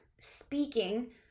speaking